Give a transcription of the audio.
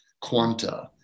quanta